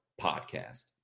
podcast